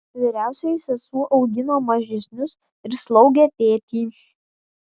vyriausioji sesuo augino mažesnius ir slaugė tėtį